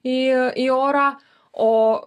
į į orą o